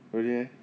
really meh